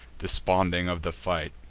desponding of the fight.